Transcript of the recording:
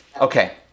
Okay